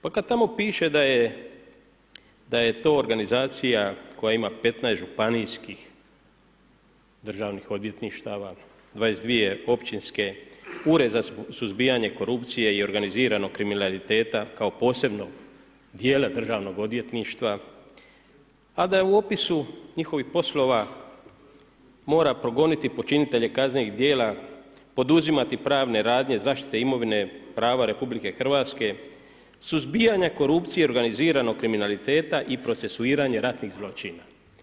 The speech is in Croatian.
Pa kad tamo piše da je to organizacija koja ima 15 županijskih državnih odvjetništava, 22 općinske, ured za suzbijanje korupcije i organiziranog kriminaliteta kao posebnog djela državnog odvjetništva, a da je u opisu njihovih poslova mora progoniti počinitelje kaznenih djela, poduzimati pravne radnje zaštite imovine prava RH, suzbijanja korupcije i organiziranog kriminaliteta i procesuiranje ratnih zločina.